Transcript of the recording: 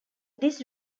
this